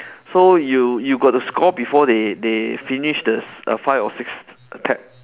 so you you got to score before they they finish this five or six tap